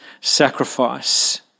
sacrifice